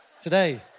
today